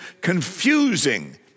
confusing